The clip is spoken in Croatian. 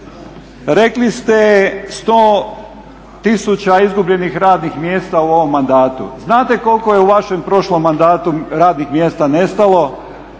rekli ste 100 tisuća izgubljenih radnih mjesta u ovom mandatu. Znate koliko je u vašem prošlom mandatu radnih mjesta nestalo